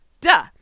Duh